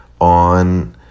on